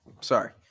Sorry